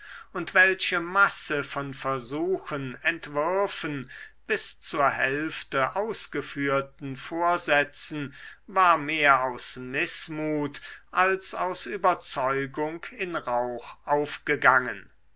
und welche masse von versuchen entwürfen bis zur hälfte ausgeführten vorsätzen war mehr aus mißmut als aus überzeugung in rauch aufgegangen